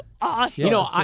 awesome